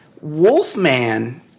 Wolfman